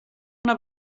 una